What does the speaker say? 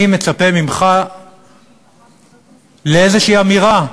אני מצפה ממך לאמירה כלשהי,